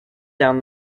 down